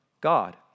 God